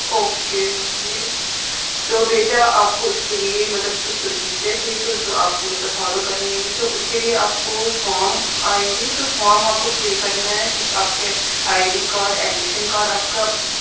okay okay تو بیٹا آپ کو اس کے لیے مطلب کچھ پروسیزر ہے تو جو آپ کو مطلب فالو کرنی ہے تو اس کے لیے آپ کو فام آئیں گی تو فام آپ کو فل کرنا ہے کچھ آپ کے I D card admission card آپ کا